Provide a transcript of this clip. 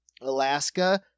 Alaska